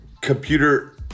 computer